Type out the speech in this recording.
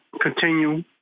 continue